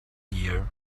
gear